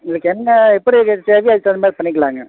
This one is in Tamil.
உங்களுக்கு என்ன எப்படி அது தேவையோ அதுக்கு தகுந்த மாதிரி பண்ணிக்கலாங்க